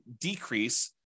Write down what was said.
decrease